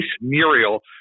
Muriel